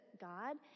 God